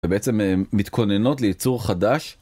ובעצם מתכוננות לייצור חדש.